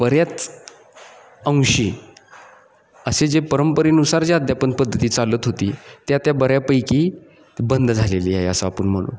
बऱ्याच अंशी असे जे परंपरेनुसार ज्या अध्यापन पद्धती चालत होती त्या त्या बऱ्यापैकी बंद झालेली आहे असं आपण म्हणु